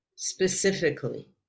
specifically